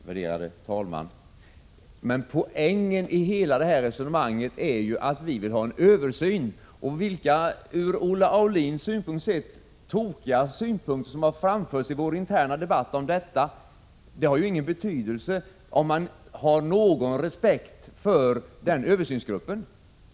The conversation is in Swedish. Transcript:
Herr talman! Poängen i hela resonemanget är ju att vi vill ha en översyn. Vilka ur Olle Aulins synvinkel sett tokiga synpunkter som har framförts i vår interna debatt har ju ingen betydelse, om man har någon respekt för översynsgruppen.